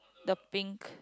the pink